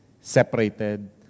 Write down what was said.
separated